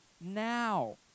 now